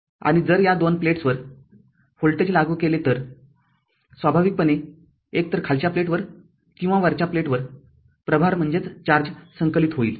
आणि जर या दोन प्लेट्सवर व्होल्टेज लागू केले तर स्वाभाविकपणे एकतर खालच्या प्लेटवर किंवा वरच्या प्लेटवर प्रभार संकलित होईल